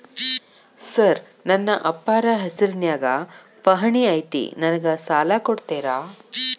Sir ನನ್ನ ಅಪ್ಪಾರ ಹೆಸರಿನ್ಯಾಗ್ ಪಹಣಿ ಐತಿ ನನಗ ಸಾಲ ಕೊಡ್ತೇರಾ?